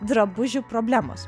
drabužių problemos